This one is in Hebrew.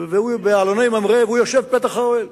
באלוני ממרא והוא יושב פתח האוהל.